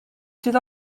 sydd